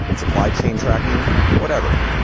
supply chain tracking whatever.